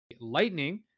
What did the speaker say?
Lightning